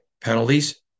penalties